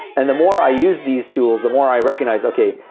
and the more i use these tools, the more i recognized, okay.